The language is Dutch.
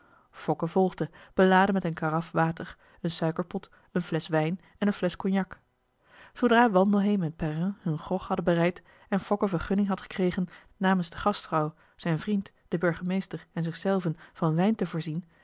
fokke volgde beladen met een karaf water een suikerpot een flesch wijn en een flesch cognac zoodra wandelheem en perrin hun grog hadden bereid en fokke vergunning had gekregen namens de gastvrouw zijn vriend den burgemeester en zich zelven van wijn te voorzien